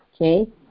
Okay